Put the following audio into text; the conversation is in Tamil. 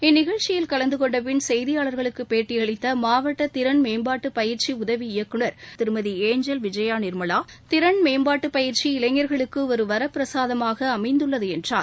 இந்நிகழ்ச்சியில் கலந்தனெண்ட பின் செய்தியாளர்களுக்கு பேட்டி அளித்த மாவட்ட திறன் மேம்பாட்டு பயிற்சி உதவி இயக்குநர் திருமதி ஏஞ்சல் விஜயா நிர்மலா திறன் மேம்பாட்டு பயிற்சி இளைஞர்களுக்கு ஒரு வர பிரசாதமாக அமைந்துள்ளது என்றார்